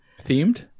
Themed